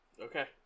Okay